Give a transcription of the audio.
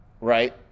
right